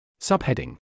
Subheading